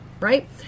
Right